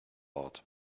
ort